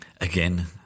Again